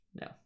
No